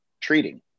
treating